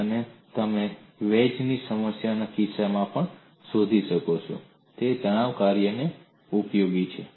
અને તમે વેજ ની સમસ્યાના કિસ્સો માટે પણ શોધી શકશો તે જ તણાવ કાર્ય ઉપયોગી છે